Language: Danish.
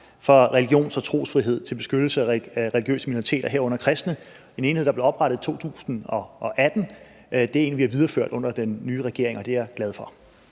for religions- og trosfrihed til beskyttelse af religiøse minoriteter, herunder kristne. Det er en enhed, der blev oprettet i 2018. Det er en, vi har videreført under den nye regering. Og det er jeg glad for.